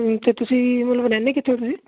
ਅਤੇ ਤੁਸੀਂ ਮਤਲਬ ਰਹਿੰਦੇ ਕਿੱਥੇ ਹੋ ਤੁਸੀਂ